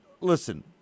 Listen